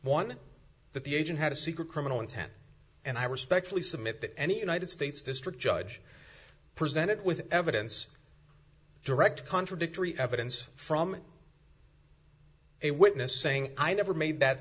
that the agent had a secret criminal intent and i respectfully submit that any united states district judge presented with evidence direct contradictory evidence from a witness saying i never made that